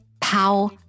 Pow